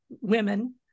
women